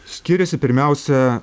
skyrėsi pirmiausia